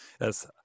Yes